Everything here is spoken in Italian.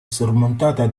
sormontata